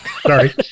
Sorry